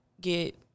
get